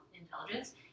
intelligence